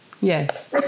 Yes